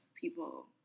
people